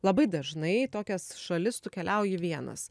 labai dažnai tokias šalis tu keliauji vienas